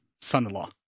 son-in-law